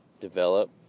develop